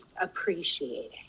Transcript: appreciating